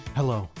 hello